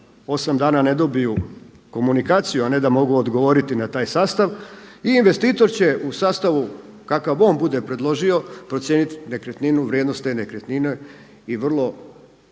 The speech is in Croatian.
8 dana ne dobiju komunikaciju a ne da mogu odgovoriti na taj sastav i investitor će u sastavu kakav on bude predložio procijeniti nekretninu, vrijednost te nekretnine i vrlo,